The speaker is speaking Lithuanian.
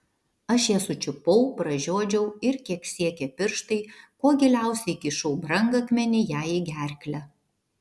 aš ją sučiupau pražiodžiau ir kiek siekė pirštai kuo giliausiai įkišau brangakmenį jai į gerklę